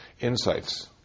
insights